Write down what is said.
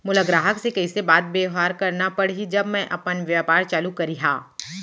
मोला ग्राहक से कइसे बात बेवहार करना पड़ही जब मैं अपन व्यापार चालू करिहा?